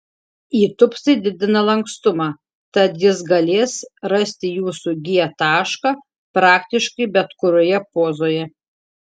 įtūpstai didina lankstumą tad jis galės rasti jūsų g tašką praktiškai bet kurioje pozoje